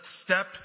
step